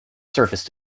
surface